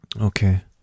okay